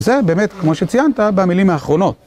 זה באמת כמו שציינת במילים האחרונות.